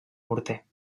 morter